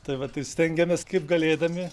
tai va tai stengiamės kaip galėdami